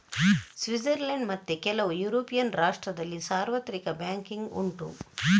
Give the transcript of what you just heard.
Switzerland ಮತ್ತೆ ಕೆಲವು European ರಾಷ್ಟ್ರದಲ್ಲಿ ಸಾರ್ವತ್ರಿಕ ಬ್ಯಾಂಕಿಂಗ್ ಉಂಟು